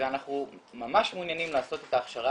ואנחנו ממש מעוניינים לעשות את ההכשרה